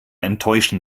enttäuschen